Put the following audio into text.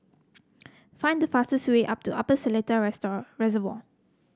find the fastest way Upper Seletar Reservoir